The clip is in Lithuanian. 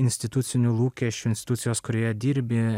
institucinių lūkesčių institucijos kurioje dirbi